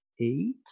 eight